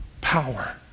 power